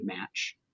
match